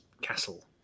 castle